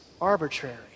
arbitrary